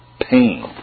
pain